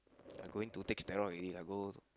I going to take steroid already I go